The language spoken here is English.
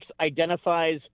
identifies